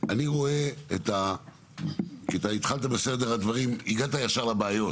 כי אתה התחלת בסדר הדברים והגעת ישר לבעיות.